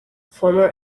former